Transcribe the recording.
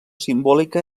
simbòlica